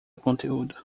conteúdo